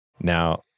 Now